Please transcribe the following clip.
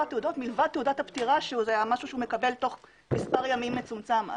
התעודות מלבד תעודת הפטירה שזה משהו שהוא מקבל תוך מספר ימים מצומצם.